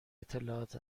اطلاعات